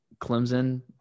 Clemson